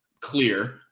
clear